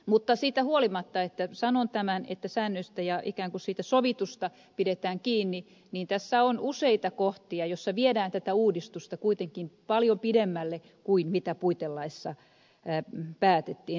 mutta siitä huolimatta että sanon tämän että säännöistä ja ikään kuin siitä sovitusta pidetään kiinni tässä on useita kohtia joissa viedään tätä uudistusta kuitenkin paljon pidemmälle kuin puitelaissa päätettiin